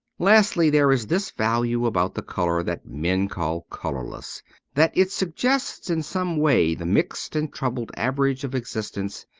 lastly, there is this value about the colour that men call colourless that it suggests in some way the mixed and troubled average of existence,